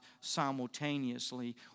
simultaneously